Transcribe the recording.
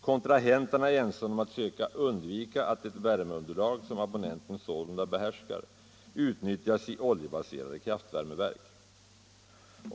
Kontrahenterna är ense om att söka undvika att det värmeunderlag, som Abonnenten sålunda behärskar, utnyttjas i oljebaserade kraftvärmeverk.